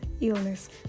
illness